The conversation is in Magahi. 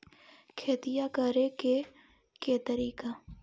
खेतिया करेके के तारिका?